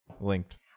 linked